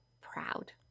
proud